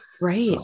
Right